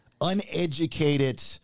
uneducated